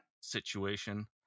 situation